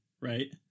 Right